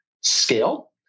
scale